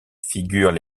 figurent